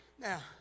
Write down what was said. Now